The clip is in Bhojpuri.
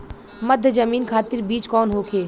मध्य जमीन खातिर बीज कौन होखे?